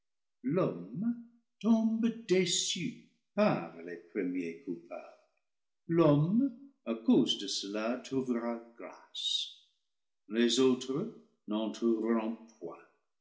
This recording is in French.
l'homme tombe déçu par les premiers coupables l'homme à cause de cela trouvera grâce les autres